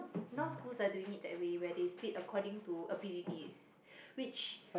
now schools are doing it that way where they split according to abilities which